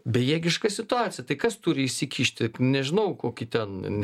bejėgiška situacija tai kas turi įsikišti nežinau kokį ten